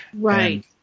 Right